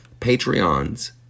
Patreons